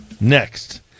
Next